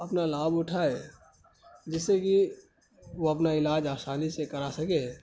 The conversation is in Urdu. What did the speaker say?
اپنا لابھ اٹھائے جس سے کہ وہ اپنا علاج آسانی سے کرا سکے